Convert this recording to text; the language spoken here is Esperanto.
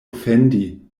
ofendi